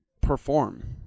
perform